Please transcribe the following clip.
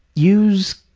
use,